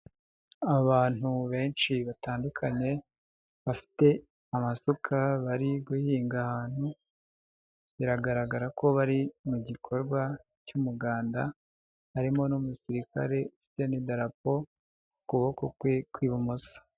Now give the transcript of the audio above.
Abantu benshi batandukanye bafite amasuka bari guhinga ahantu, biragaragara ko bari mu gikorwa cy'umuganda harimo n'umusirikare ufite n'idarapo ku kuboko kwe kw'ibumoso.